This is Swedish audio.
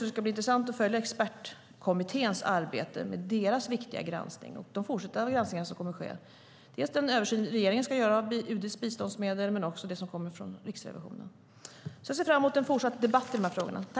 Det ska bli intressant att följa expertkommitténs arbete med deras viktiga granskning liksom de fortsatta granskningar som kommer att ske. Det gäller dels den översyn som regeringen ska göra av UD:s biståndsmedel, dels det som kommer från Riksrevisionen. Jag ser därför fram emot en fortsatt debatt i de här frågorna.